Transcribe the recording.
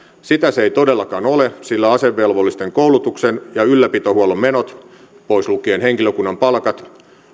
sitä se ei todellakaan ole sillä asevelvollisten koulutuksen ja ylläpitohuollon menot pois lukien henkilökunnan palkat